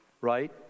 right